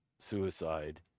suicide